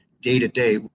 day-to-day